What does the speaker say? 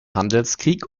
handelskrieg